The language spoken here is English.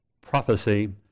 prophecy